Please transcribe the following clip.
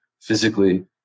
physically